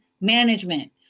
management